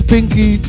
Pinky